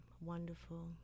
wonderful